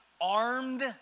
armed